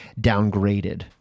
downgraded